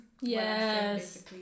yes